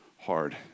hard